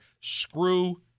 Screw